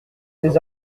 des